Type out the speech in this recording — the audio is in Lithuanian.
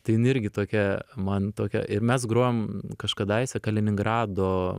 tai jin irgi tokia man tokia ir mes grojom kažkadaise kaliningrado